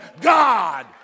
God